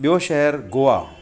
ॿियो शहरु गोआ